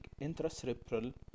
intracerebral